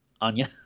Anya